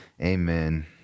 amen